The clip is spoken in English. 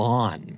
on